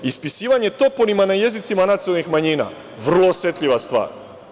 Ispisivanje toponima na jezicima nacionalnih manjina, vrlo osetljiva stvar.